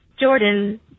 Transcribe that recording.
Jordan